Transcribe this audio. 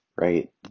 right